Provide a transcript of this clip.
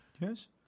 yes